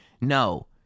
no